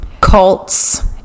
cults